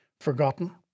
forgotten